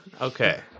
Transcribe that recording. Okay